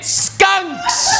skunks